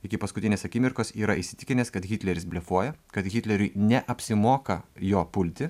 iki paskutinės akimirkos yra įsitikinęs kad hitleris blefuoja kad hitleriui neapsimoka jo pulti